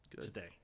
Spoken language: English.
today